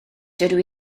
dydw